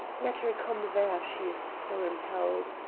let her come there if she is so impelled.